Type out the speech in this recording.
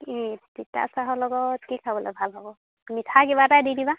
তিতাচাহৰ লগত কি খাবলৈ ভাল হ'ব মিঠা কিবা এটা দি দিবা